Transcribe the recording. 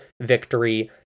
victory